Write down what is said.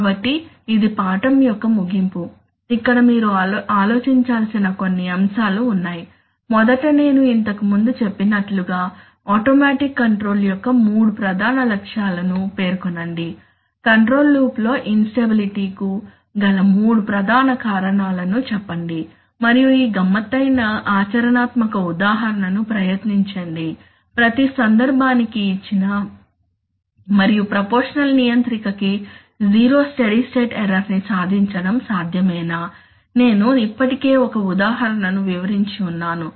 కాబట్టి ఇది పాఠం యొక్క ముగింపు ఇక్కడ మీరు ఆలోచించాల్సిన కొన్ని అంశాలు ఉన్నాయి మొదట నేను ఇంతకు ముందు చెప్పినట్టుగా ఆటోమేటిక్ కంట్రోల్ యొక్క మూడు ప్రధాన లక్ష్యాలను పేర్కొనండి కంట్రోల్ లూప్లో ఇన్ స్టెబిలిటీ కు గల మూడు ప్రధాన కారణాల ను చెప్పండి మరియు ఈ గమ్మత్తైన ఆచరణాత్మక ఉదాహరణను ప్రయత్నించండి ప్రతి సందర్భానికి ఇచ్చిన మరియు ప్రపోర్షషనల్ నియంత్రిక కి జీరో స్టడీ స్టేట్ ఎర్రర్ ని సాధించడం సాధ్యమేనా నేను ఇప్పటికే ఒక ఉదాహరణను వివరించి ఉన్నాను